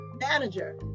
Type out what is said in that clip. manager